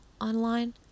online